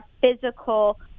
physical